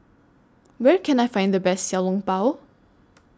Where Can I Find The Best Xiao Long Bao